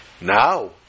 Now